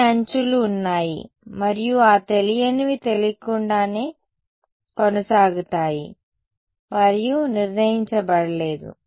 n అంచులు ఉన్నాయి మరియు ఆ తెలియనివి తెలియకుండానే కొనసాగుతాయి అవి నిర్ణయించబడలేదు